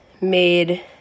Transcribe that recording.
made